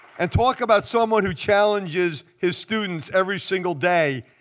and talk about someone who challenges his students every single day.